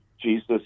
Jesus